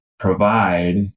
Provide